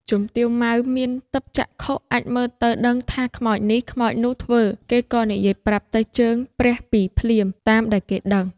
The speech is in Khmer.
ជំទាវ ម៉ៅ មានទិព្វចក្ខុ អាចមើលទៅដឹងថាខ្មោចនេះ ខ្មោចនោះធ្វើ គេក៏និយាយប្រាប់ទៅជើងព្រះ2ភ្លាម តាមដែលគេដឹង ។